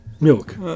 milk